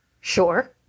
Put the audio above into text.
Sure